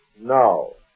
No